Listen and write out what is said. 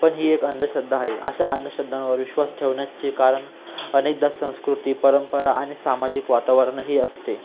पण ही एक अंधश्रद्धा आहे अशा अंधश्रद्धांवर विश्वास ठेवण्याचे कारण अनेकदा संस्कृती परंपरा आणि सामाजिक वातावरणही असते